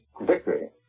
victory